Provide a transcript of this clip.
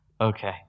Okay